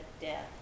death